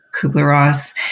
Kubler-Ross